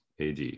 ad